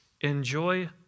Enjoy